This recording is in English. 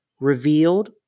revealed